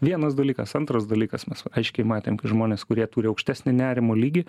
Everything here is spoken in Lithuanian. vienas dalykas antras dalykas mes aiškiai matėm kad žmonės kurie turi aukštesnį nerimo lygį